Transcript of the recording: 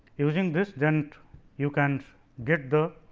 using this, then you can get the